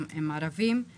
אני